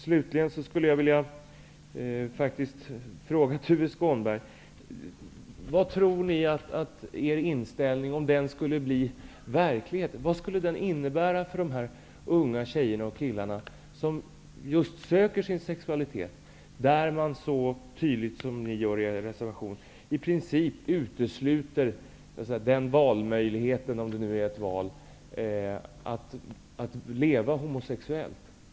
Slutligen skulle jag faktiskt vilja fråga Tuve Skånberg: Vad tror ni att er inställning -- alltså om det ni talar om blev verklighet -- skulle innebära för de här unga tjejerna och killarna, som just söker sin sexualitet? I princip utesluter ni ju i er reservation möjligheten att välja -- om det nu är fråga om ett val -- att leva homosexuellt.